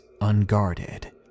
unguarded